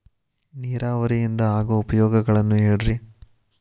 ನೇರಾವರಿಯಿಂದ ಆಗೋ ಉಪಯೋಗಗಳನ್ನು ಹೇಳ್ರಿ